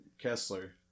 Kessler